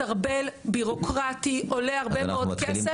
מסרבל ביורוקרטי, עולה הרבה מאוד כסף.